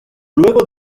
luego